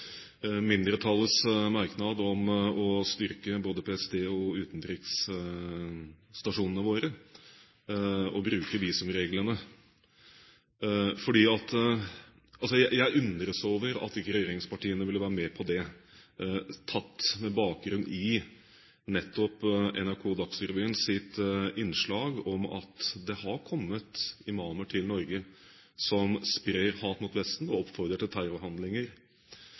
mindretallets merknad om å styrke både PST og utenriksstasjonene våre og bruke visumreglene. Jeg undres over at ikke regjeringspartiene ville være med på det, med bakgrunn i nettopp NRK Dagsrevyens innslag om at det har kommet imamer til Norge som sprer hat mot Vesten og oppfordrer til terrorhandlinger.